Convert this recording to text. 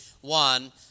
one